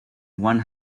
one